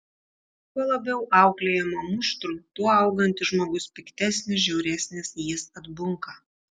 kuo labiau auklėjama muštru tuo augantis žmogus piktesnis žiauresnis jis atbunka